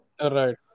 right